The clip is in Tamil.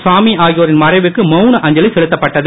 சாமி ஆகியோரின் மறைவுக்கு மௌன அஞ்சலி செலுத்தப்பட்டது